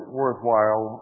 worthwhile